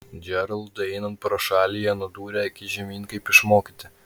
džeraldui einant pro šalį jie nudūrė akis žemyn kaip išmokyti